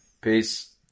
Peace